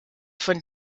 von